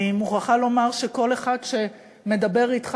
אני מוכרחה לומר שכל אחד שמדבר אתך